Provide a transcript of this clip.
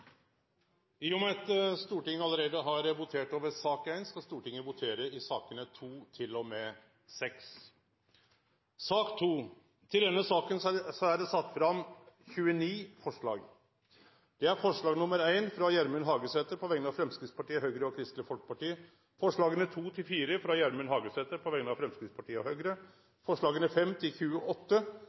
I og med at Stortinget allereie har votert over sak nr. 1, skal Stortinget votere i sakene nr. 2–6. Votering i sak nr. 2 Under debatten er det sett fram 29 forslag. Det er forslag nr. 1, frå Gjermund Hagesæter på vegner av Framstegspartiet, Høgre og Kristeleg Folkeparti forslaga nr. 2–4, frå Gjermund Hagesæter på vegner av Framstegspartiet og Høgre forslaga nr. 5–28, frå Gjermund Hagesæter på vegner av Framstegspartiet forslag